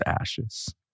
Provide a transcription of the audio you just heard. ashes